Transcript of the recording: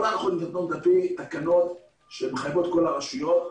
כל ההנחות הן לפי תקנות שמחייבות כל הרשויות,